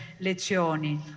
lezioni